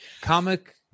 comic